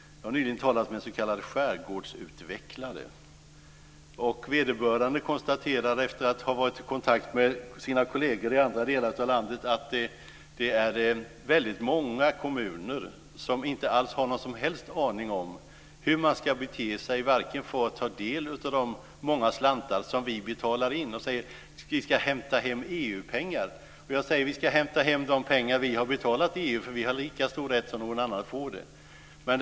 Jag har nyligen talat med en s.k. skärgårdsutvecklare. Vederbörande konstaterar efter att ha varit i kontakt med sina kolleger i andra delar av landet att det är väldigt många kommuner som inte har någon som helst aning om hur de ska bete sig för att få del av de många slantar vi betalar in. De säger: "Vi ska hämta hem EU-pengar." Jag säger: "Vi ska hämta hem de pengar vi har betalat till EU. Vi har lika stor rätt som någon annan att få dem."